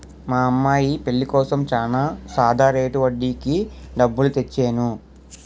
మా అమ్మాయి పెళ్ళి కోసం చాలా సాదా రేటు వడ్డీకి డబ్బులు తెచ్చేను